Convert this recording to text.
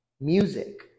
music